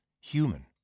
human